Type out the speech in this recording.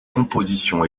composition